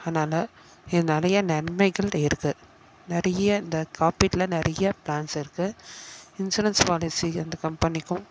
அதனால் இது நிறையா நன்மைகள் இருக்குது நிறைய இந்த காப்பீடில் நிறையா ப்ளான்ஸ் இருக்குது இன்சூரன்ஸ் பாலிசி அந்த கம்பெனிக்கும்